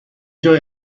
جای